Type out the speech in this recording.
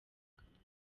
akabariro